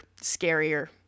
scarier